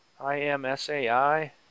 I-M-S-A-I